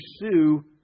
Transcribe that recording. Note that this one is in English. pursue